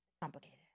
complicated